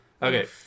Okay